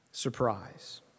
Surprise